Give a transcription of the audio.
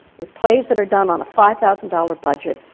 with plays that are done on a five thousand dollar budget,